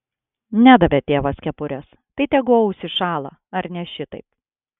nedavė tėvas kepurės tai tegu ausys šąla ar ne šitaip